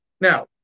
Now